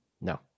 No